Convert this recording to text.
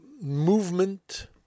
movement